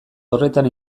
horretan